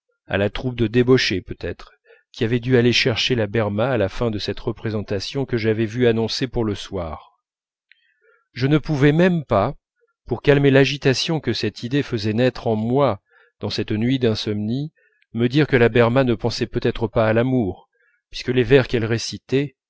à la troupe de débauchés peut-être qui avaient dû aller chercher la berma à la fin de cette représentation que j'avais vue annoncée pour le soir je ne pouvais même pas pour calmer l'agitation que cette idée faisait naître en moi dans cette nuit d'insomnie me dire que la berma ne pensait peut-être pas à l'amour puisque les vers qu'elle récitait